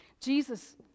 Jesus